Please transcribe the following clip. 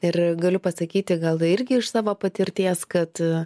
ir galiu pasakyti gal irgi iš savo patirties kad